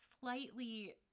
slightly